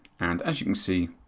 and as you can see,